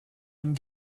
and